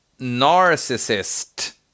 Narcissist